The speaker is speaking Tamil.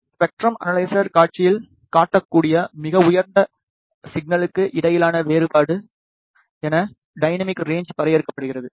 ஸ்பெக்ட்ரம் அனலைசர் காட்சியில் காட்டக்கூடிய மிக உயர்ந்த சிக்னலுக்கு இடையிலான வேறுபாடு என டைனமிக் ரேன்ச் வரையறுக்கப்படுகிறது